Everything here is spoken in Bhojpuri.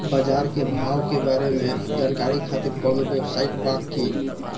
बाजार के भाव के बारे में जानकारी खातिर कवनो वेबसाइट बा की?